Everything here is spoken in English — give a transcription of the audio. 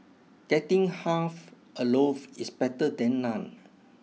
getting half a loaf is better than none